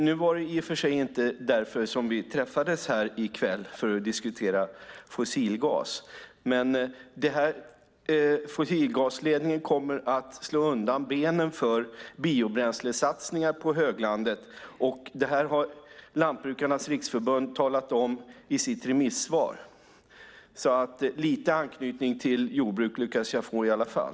Nu var det i och för sig inte för att diskutera fossilgas vi träffades här i kväll, men fossilgasledningen kommer att slå undan benen för biobränslesatsningar på höglandet. Det har Lantbrukarnas Riksförbund talat om i sitt remissvar. Lite anknytning till jordbruk lyckades jag få i alla fall.